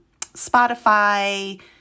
Spotify